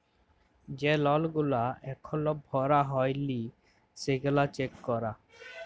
যে লল গুলা এখল ভরা হ্যয় লি সেগলা চ্যাক করা